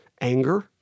anger